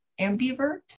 ambivert